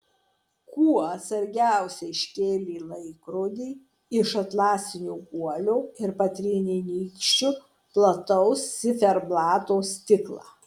kuo atsargiausiai iškėlė laikrodį iš atlasinio guolio ir patrynė nykščiu plataus ciferblato stiklą